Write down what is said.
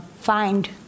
find